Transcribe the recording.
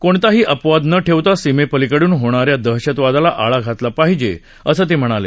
कोणताही अपवाद न ठेवता सीमेपलीकडून होणाऱ्या दहशतवादाला आळा घातला पाहिजे असं ते म्हणाले